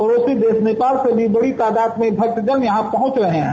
पड़ोसी देश नेपाल से भी बड़ी तादाद में भक्तजन यहां पहुंच रहे हैं